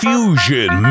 Fusion